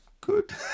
good